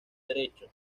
derecho